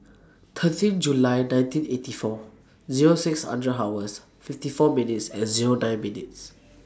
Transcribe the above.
thirteen July nineteen eighty four Zero six hundred hours fifty four minutes and Zero nine minutes